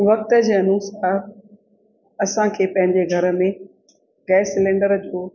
वक़्त जे अनुसार असांखे पंहिंजे घर में गैस सिलेंडर जो